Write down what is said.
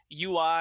UI